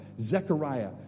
Zechariah